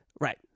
Right